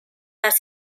les